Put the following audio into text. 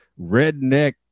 redneck